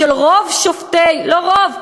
"של רוב" לא רוב,